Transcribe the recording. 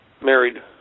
Married